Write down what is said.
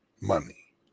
money